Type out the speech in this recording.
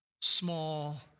small